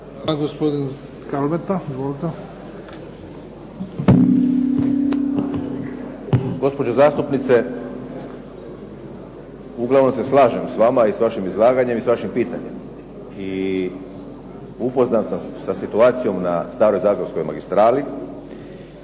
Gospođo zastupnice, uglavnom se slažem s vama, i s vašim izlaganjem i s vašim pitanjem. I upoznat sam sa situacijom na staroj zagorskoj magistrali.